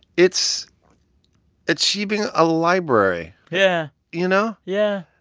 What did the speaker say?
it's achieving a library yeah. you know? yeah.